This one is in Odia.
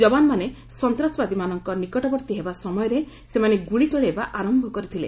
ଯବାନମାନେ ସନ୍ତାସବାଦୀମାନଙ୍କ ନିକଟବର୍ତ୍ତୀ ହେବା ସମୟରେ ସେମାନେ ଗୁଳି ଚଳାଇବା ଆରମ୍ଭ କରିଥିଲେ